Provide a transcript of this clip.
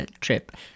trip